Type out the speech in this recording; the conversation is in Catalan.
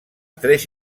tres